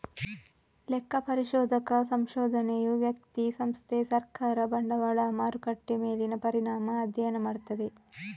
ಲೆಕ್ಕ ಪರಿಶೋಧಕ ಸಂಶೋಧನೆಯು ವ್ಯಕ್ತಿ, ಸಂಸ್ಥೆ, ಸರ್ಕಾರ, ಬಂಡವಾಳ ಮಾರುಕಟ್ಟೆ ಮೇಲಿನ ಪರಿಣಾಮ ಅಧ್ಯಯನ ಮಾಡ್ತದೆ